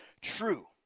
true